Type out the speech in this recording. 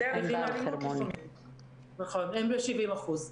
הם ב-70%.